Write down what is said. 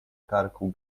karku